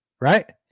Right